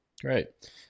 great